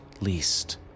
least